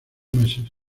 meses